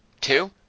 Two